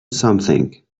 something